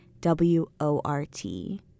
W-O-R-T